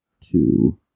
two